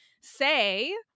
say